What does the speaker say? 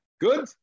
Good